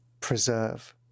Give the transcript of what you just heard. preserve